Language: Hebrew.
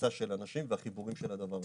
היצע של אנשים והחיבורים של הדבר הזה.